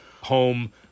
Home